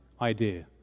idea